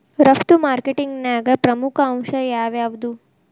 ರಫ್ತು ಮಾರ್ಕೆಟಿಂಗ್ನ್ಯಾಗ ಪ್ರಮುಖ ಅಂಶ ಯಾವ್ಯಾವ್ದು?